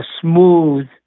smooth